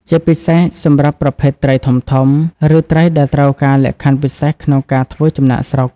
ជាពិសេសសម្រាប់ប្រភេទត្រីធំៗ ឬត្រីដែលត្រូវការលក្ខខណ្ឌពិសេសក្នុងការធ្វើចំណាកស្រុក។